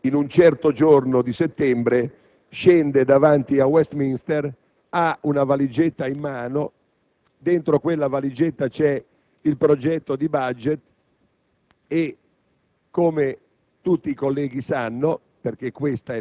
quella del Ministro del tesoro britannico che, in un certo giorno di settembre, scende a Westminster con una valigetta in mano, dentro la quale c'è il progetto di *budget*